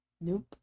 Nope